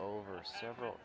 over several